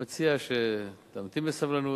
אני מציע שתמתין בסבלנות.